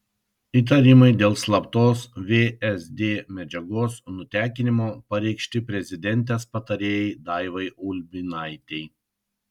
įtarimai dėl slaptos vsd medžiagos nutekinimo pareikšti prezidentės patarėjai daivai ulbinaitei